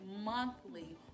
monthly